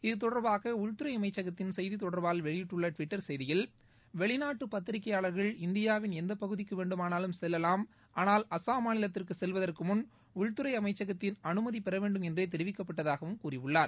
இத்தொடர்பாக உள்துறை அமைச்சகத்தின் செய்தித் தொடர்பாளர் வெளியிட்டுள்ள டுவிட்டர் செய்தியில் வெளிநாட்டு பத்திரிகையாளர்கள் இந்தியாவின் எந்தப் பகுதிக்கு வேண்டுமானாலும் செல்லலாம் ஆனால் அசாம் மாநிலத்திற்கு செல்வதற்கு முன் உள்துறை அமைச்சகத்தின் அனுமதி பெற வேண்டும் என்றே தெரிவிக்கப்பட்டதாகவும் கூறியுள்ளார்